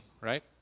right